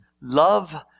love